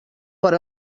per